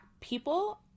people